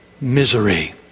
misery